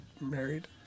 married